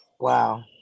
Wow